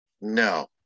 No